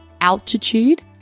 altitude